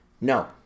No